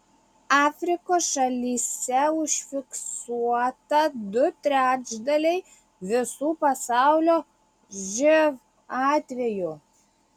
afrikos šalyse užfiksuota du trečdaliai visų pasaulio živ atvejų